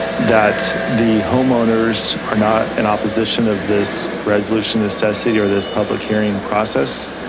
that the homeowners are not in opposition of this resolution necessity or this public hearing process.